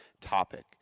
topic